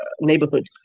neighborhood